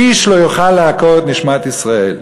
איש לא יוכל לעקור את נשמת ישראל.